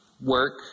work